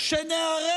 שנערי